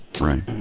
Right